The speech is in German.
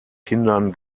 kindern